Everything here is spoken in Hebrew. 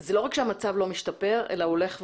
זה לא רק שהמצב לא משתפר, אלא הוא הולך ומחמיר.